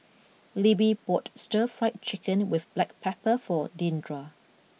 Libby bought Stir Fried Chicken with black pepper for Deandra